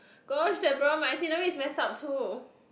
my itinerary is messed up too